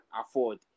afford